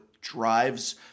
drives